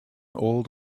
old